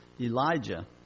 Elijah